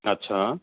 اچھا